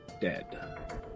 dead